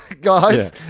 guys